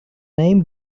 name